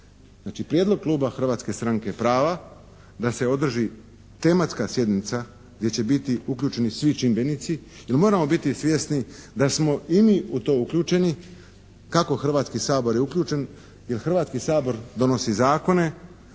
prijedlog Kluba Hrvatske stranke prava da se održi tematska sjednica gdje će biti uključeni svi čimbenici jer moramo biti svjesni da smo i mi u to uključeni, kako Hrvatski sabor je uključen jer Hrvatski sabor donosi zakone.